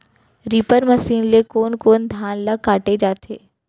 Reaper machine ले कोन कोन धान ल काटे जाथे?